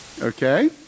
Okay